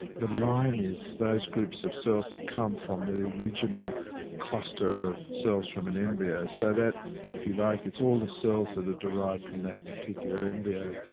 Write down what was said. the line is, those groups of cells that come from the original cluster of cells from an embryo. so that if you like, it's all the cells that are ah derived from that particular embryo.